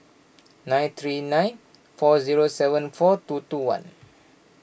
nine three nine four zero seven four two two one